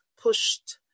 pushed